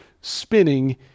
spinning